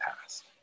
past